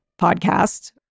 podcast